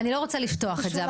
אני לא רוצה לפתוח את זה.